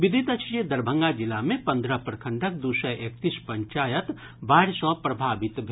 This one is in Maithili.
विदित अछि जे दरभंगा जिला मे पन्द्रह प्रखंडक दू सय एकतीस पंचायत बाढ़ि सँ प्रभावित भेल